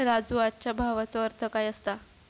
राजू, आजच्या भावाचो अर्थ काय असता?